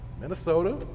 Minnesota